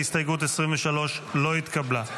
הסתייגות 23 לא התקבלה.